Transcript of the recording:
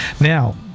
Now